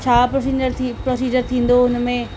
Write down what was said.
छा procedure procedure थींदो हुन में